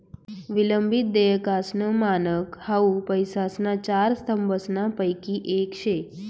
विलंबित देयकासनं मानक हाउ पैसासना चार स्तंभसनापैकी येक शे